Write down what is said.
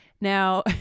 Now